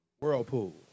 Whirlpool